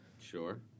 Sure